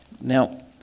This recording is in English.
Now